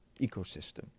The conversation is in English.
ecosystem